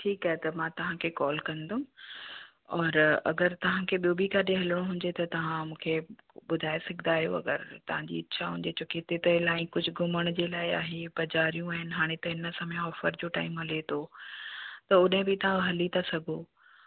ठीकु आहे त मां तव्हांखे कॉल कंदुमि और अगरि तव्हांखे ॿियो बि काॾे हलिणो हुंजे त तव्हा मूंखे ॿुधाए सघंदा आहियो अगरि तव्हांजी इच्छा हुजे छो की हिते त इलाही कुझु घुमण जे लाइ आहे बजारियूं आहिनि हाणे त हिन समय ऑफ़र जो टाइम हले थो त ओॾे बि तव्हां हली था सघो